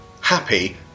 happy